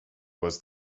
was